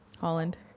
Holland